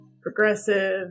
Progressive